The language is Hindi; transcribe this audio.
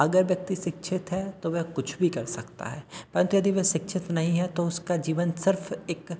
अगर व्यक्ति शिक्षित है तो वह कुछ भी कर सकता है पर यदि वह शिक्षित नहीं है तो उसका जीवन सिर्फ़ एक